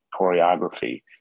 choreography